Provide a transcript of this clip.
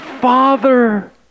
Father